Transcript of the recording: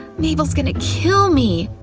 mayble's gonna kill me!